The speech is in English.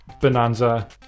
bonanza